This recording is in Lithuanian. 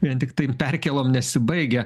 vien tiktai perkėlom nesibaigia